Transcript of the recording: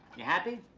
you happy?